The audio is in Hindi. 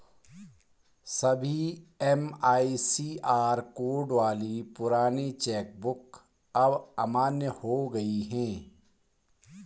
सभी एम.आई.सी.आर कोड वाली पुरानी चेक बुक अब अमान्य हो गयी है